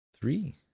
three